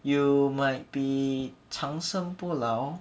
you might be 长生不老